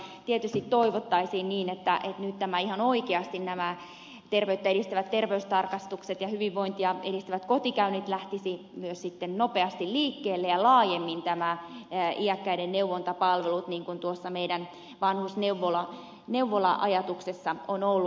mutta tietysti toivottaisiin niin että nyt ihan oikeasti nämä terveyttä edistävät terveystarkastukset ja hyvinvointia edistävät kotikäynnit lähtisivät sitten nopeasti liikkeelle ja laajemmin nämä iäkkäiden neuvontapalvelut niin kuin tuossa meidän vanhusneuvola ajatuksessamme on ollut